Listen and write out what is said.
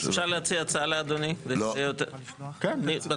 אפשר הצעה לאדוני, הצעה לסדר-יום?